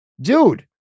dude